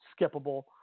skippable